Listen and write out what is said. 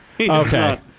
Okay